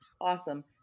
awesome